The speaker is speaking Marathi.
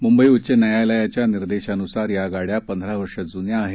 मुंबई उच्च न्यायालयाच्या निर्देशानुसार या गाड्या पंधरा वर्ष जुन्या आहेत